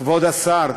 כבוד השר,